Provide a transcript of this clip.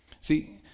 See